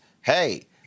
hey